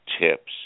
tips